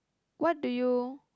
what do you